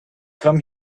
come